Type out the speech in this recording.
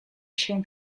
się